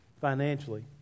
financially